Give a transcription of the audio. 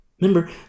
Remember